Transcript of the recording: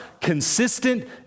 consistent